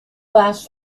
glass